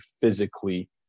physically